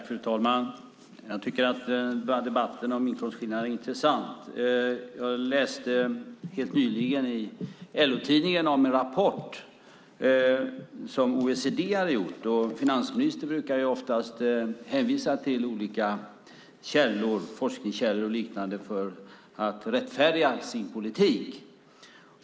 Fru talman! Jag tycker att debatten om inkomstskillnader är intressant. Jag läste helt nyligen i LO-tidningen om en rapport som OECD hade gjort. Finansministern brukar ju ofta hänvisa till olika forskningskällor och liknande för att rättfärdiga sin politik.